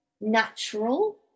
natural